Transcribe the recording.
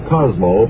Cosmo